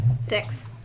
Six